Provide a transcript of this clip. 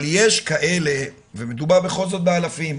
אבל יש כאלה, ומדובר בכל זאת באלפים,